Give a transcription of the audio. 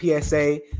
PSA